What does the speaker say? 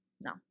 no